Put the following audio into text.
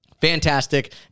Fantastic